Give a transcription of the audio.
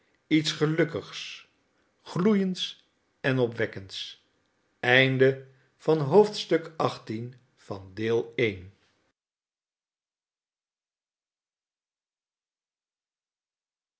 iets gelukkigs gloeiends en opwekkends